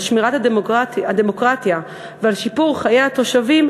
על שמירת הדמוקרטיה ועל שיפור חיי התושבים,